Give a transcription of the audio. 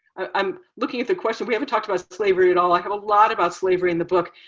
i'm looking at the question. we haven't talked about slavery at all. i have a lot about slavery in the book.